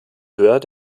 höher